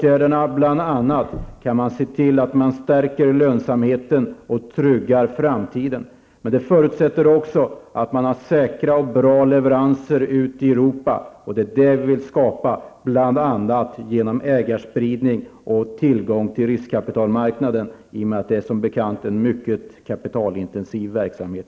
Genom bl.a. de åtgärderna kan man se till att stärka lönsamheten och trygga framtiden, men det förutsätter också att företaget har säkra och bra leveranser ut i Europa. Det är det vi vill skapa bl.a. genom ägarspridning och tillgång till riskkapitalmarknaden, i och med att det som bekant är en mycket kapitalintensiv verksamhet.